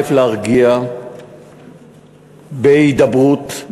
להרגיע בהידברות,